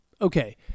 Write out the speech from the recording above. Okay